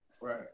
Right